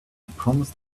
promised